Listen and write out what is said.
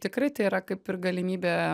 tikrai tai yra kaip ir galimybė